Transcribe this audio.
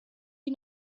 die